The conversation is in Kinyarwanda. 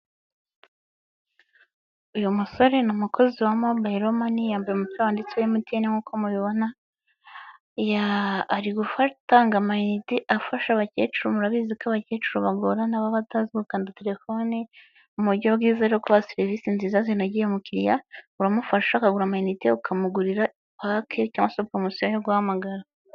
Uyu musore ni umukozi wa mobile money yambaye umupira wanditseho MTN nk'uko mubibona ari gutanga amainite afasha abakecuru murabizi ko baba batazi gukanda telephone mu buryo bwiza bwo kubaha serivisi nziza zinogeye umukiriya uramufasha ukagura amainite ukamugurira pack cyangwa se promotion yo guhamagara.